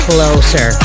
Closer